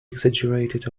exaggerated